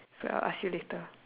so I will ask you later